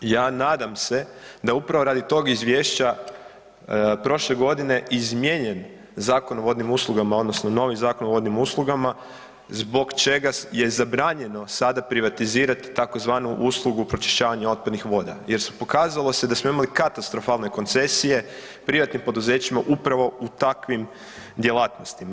Nadam se da upravo radi tog izvješća prošle godine izmijenjen Zakon o vodnim uslugama odnosno novi Zakon o vodnim uslugama zbog čega je zabranjeno sada privatizirati tzv. uslugu pročišćavanje otpadnih voda jer pokazalo se da smo imali katastrofalne koncesije privatnim poduzećima upravo u takvim djelatnostima.